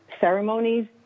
ceremonies